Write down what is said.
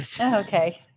Okay